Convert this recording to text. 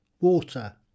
Water